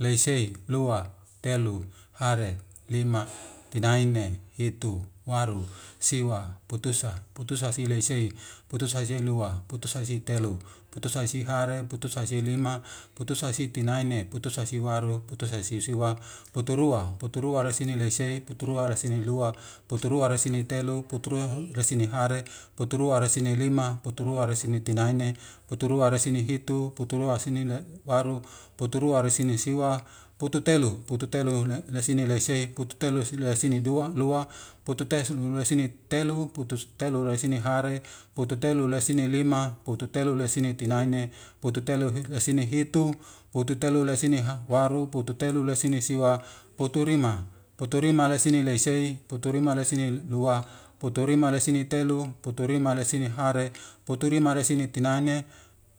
Lesei, lua, telu, hare, lima, tinaine, hitu, waru, siwa, putusa, putusa sileisei. putusa aulua, putusa sitelu. putusa hare, putusa lima, putusa sitinaine, putusa siwaru, putusa sisiwa, puturua, puturua resinelesi, puturua resinelua, puturua resine telu, puturua resinehere, puturua resinelima, puturua resinetinaine, puturua resinehitu, puturua resinewaru, puturua resinesiwa, pututelu, pututelu resinelesi, pututelu resinelua, pututelu resinetelu, pututelu resinehare. pututelu resinelima, pututelu resinetinaine, pututelu resinehitu, pututelu resinesiwa, puturima, puturima lesinelesei, puturima lesinelua. puturima lesinetelu, puturima lesinehare, puturima lesinetinine,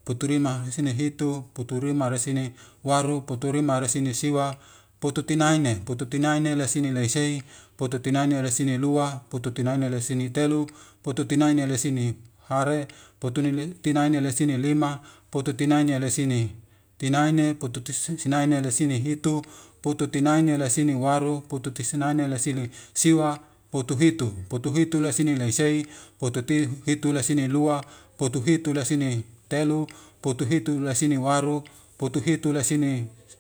puturima lesinehitu, puturima lesinewaru, puturima lesinesiwa, pututinaine, pututinaine lesinelaise, pututinaine lesinelua. pututinaine lesinetelu. pututinaine lesinehare. pututinaine lesinelima, pututinaine lesinetinaine. pututinaine lesinehitu, pututinaine lesinewaru. pututinaine lesinesiwa, putuhitu, putuhitu lesineleisei, putuhitu lesinelua, putuhitu lesinetelu. putuhitu lesinewar. putuhitu lesine.